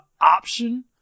option